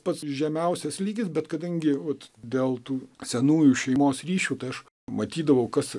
pats žemiausias lygis bet kadangi vat dėl tų senųjų šeimos ryšių tai aš matydavau kas